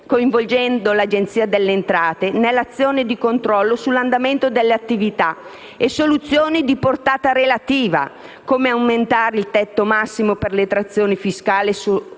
coinvolgendo l'Agenzia delle entrate nell'azione di controllo sull'andamento delle attività, e soluzioni di portata relativa, come l'aumento del tetto massimo per le detrazioni fiscali sulle